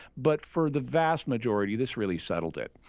but for the vast majority, this really settled it.